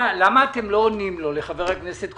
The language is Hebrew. יכול להעביר לי העתק מהמכתב ששלחת?